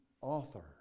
author